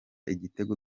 itegeko